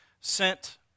sent